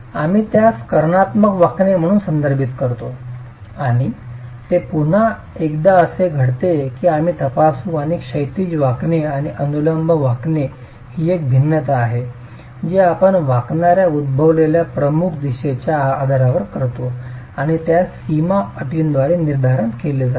आम्ही त्यास कर्णात्मक वाकणे म्हणून संदर्भित करतो आणि ते पुन्हा एकदा असे घडते की आम्ही तपासू आणि क्षैतिज वाकणे आणि अनुलंब वाकणे ही एक भिन्नता आहे जी आपण वाकणार्या उद्भवलेल्या प्रमुख दिशेच्या आधारावर करतो आणि त्यास सीमा अटींद्वारे निर्धारण केले जाते